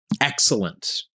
excellent